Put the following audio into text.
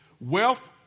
Wealth